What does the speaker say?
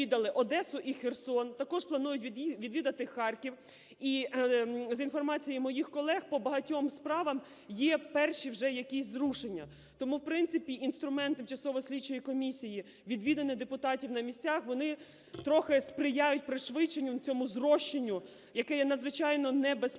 Одесу і Херсон, також планують відвідати Харків. І, з інформації моїх колег, по багатьом справам є перші вже якісь зрушення. Тому, в принципі, інструмент тимчасової слідчої комісії – відвідини депутатів на місцях, вони трохи сприяють пришвидшенню, цьому зрощенню, яке є надзвичайно небезпечне,